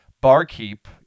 barkeep